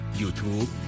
YouTube